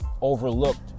overlooked